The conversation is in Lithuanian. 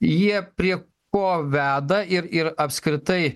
jie prie ko veda ir ir apskritai